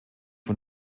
von